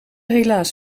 helaas